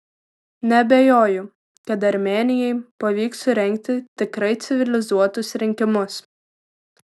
neabejoju kad armėnijai pavyks surengti tikrai civilizuotus rinkimus